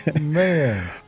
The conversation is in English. Man